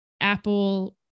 Apple